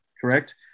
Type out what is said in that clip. correct